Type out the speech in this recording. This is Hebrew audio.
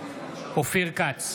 אופיר כץ,